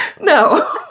No